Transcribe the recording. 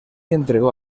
entregó